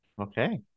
okay